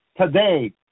Today